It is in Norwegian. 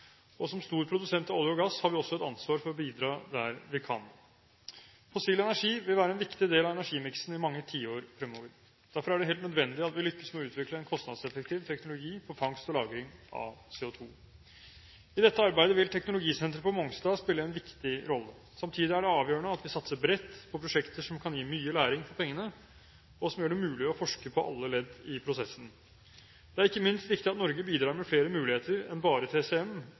som en stor produsent av olje og gass har vi også et ansvar for å bidra der vi kan. Fossil energi vil være en viktig del av energimiksen i mange tiår fremover. Derfor er det helt nødvendig at vi lykkes med å utvikle en kostnadseffektiv teknologi for fangst og lagring av CO2. I dette arbeidet vil teknologisenteret på Mongstad spille en viktig rolle. Samtidig er det avgjørende at vi satser bredt på prosjekter som kan gi mye læring for pengene, og som gjør det mulig å forske på alle ledd i prosessen. Det er ikke minst viktig at Norge bidrar med flere muligheter enn bare